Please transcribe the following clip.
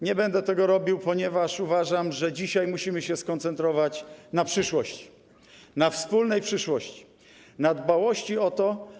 Nie będę tego robił, ponieważ uważam, że dzisiaj musimy się skoncentrować na przyszłości, na wspólnej przyszłości, na dbałości o to.